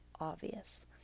obvious